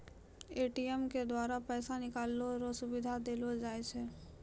ATM के द्वारा पैसा निकालै रो सुविधा देलो जाय छै